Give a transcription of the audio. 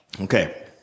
Okay